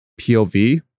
POV